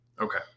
okay